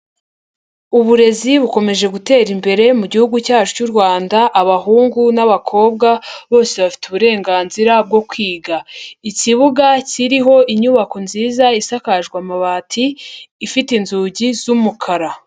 Uburezi bukomeje gutera imbere mu gihugu cyacu cy'u Rwanda, abahungu n'abakobwa bose bafite uburenganzira bwo kwiga. Ikibuga kiriho inyubako nziza isakajwe amabati, ifite inzugi z'umukara.